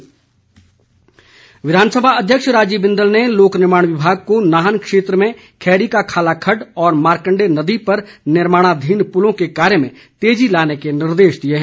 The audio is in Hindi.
बिंदल विधानसभा अध्यक्ष राजीव बिंदल ने लोक निर्माण विभाग को नाहन क्षेत्र में खैरी का खाला खड्ड और मारकंडे नदी पर निर्माणाधीन पुलों के कार्य में तेजी लाने के निर्देश दिए हैं